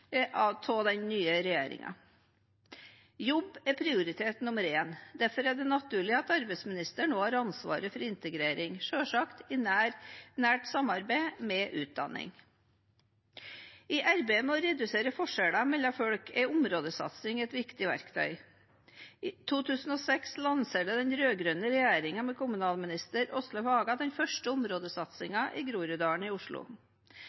den nye regjeringen. Jobb er prioritet nummer én; derfor er det naturlig at arbeidsministeren også har ansvaret for integrering, selvsagt i nært samarbeid med utdanning. I arbeidet med å redusere forskjellene mellom folk er områdesatsing et viktig verktøy. I 2006 lanserte den rød-grønne regjeringen, ved kommunalminister Åslaug Haga, den første områdesatsingen i Groruddalen i Oslo.